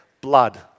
blood